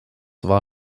war